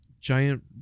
giant